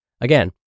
Again